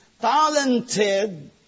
talented